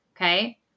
okay